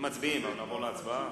נעבור להצבעה.